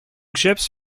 chips